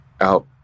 out